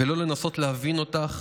ולא לנסות להבין אותך